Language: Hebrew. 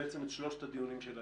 בעצם את שלושת הדיונים של היום.